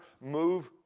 Move